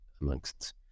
amongst